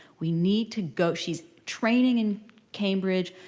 we need to go. she's training in cambridge,